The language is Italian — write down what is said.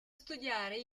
studiare